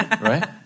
right